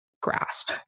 grasp